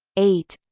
eight